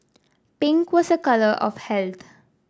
pink was a colour of health